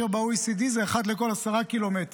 כאשר ב-OECD זה אחת לכל 10 ק"מ.